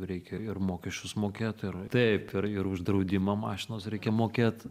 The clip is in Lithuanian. reikia ir mokesčius mokėt ir taip ir ir už draudimą mašinos reikia mokėt